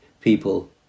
people